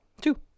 Two